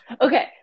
Okay